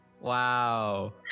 Wow